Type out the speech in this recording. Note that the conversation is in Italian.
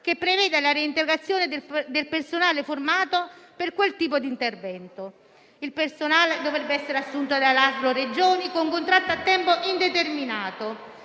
che prevedano la reintegrazione del personale formato per quel tipo di intervento. Il personale dovrebbe essere assunto dalle ASL o dalle Regioni con contratto a tempo indeterminato.